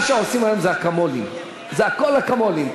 מה שעושים היום זה אקמולים, זה הכול אקמולים.